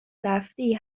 رفتی